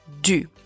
du